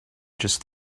just